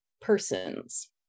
persons